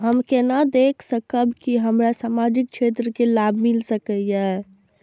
हम केना देख सकब के हमरा सामाजिक क्षेत्र के लाभ मिल सकैये?